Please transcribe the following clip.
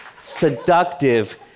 seductive